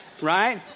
right